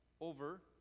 over